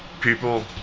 people